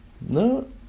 No